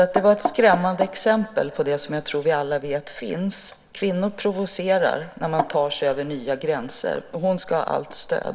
Detta blev ett skrämmande exempel på det som jag tror att vi alla vet finns. Kvinnor provocerar när de tar sig över nya gränser. Hon ska ha allt stöd.